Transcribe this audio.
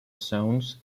zones